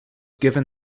given